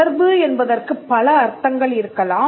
தொடர்பு என்பதற்குப் பல அர்த்தங்கள் இருக்கலாம்